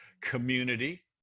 community